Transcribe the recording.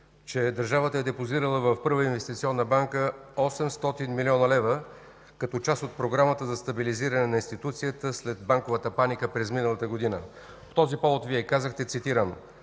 че държавата е депозирала в Първа инвестиционна банка 800 млн. лв., като част от Програмата за стабилизиране на институцията след банковата паника през миналата година. По този повод Вие казахте, цитирам: